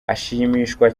ashimishwa